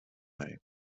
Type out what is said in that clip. bij